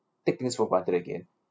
take things for granted again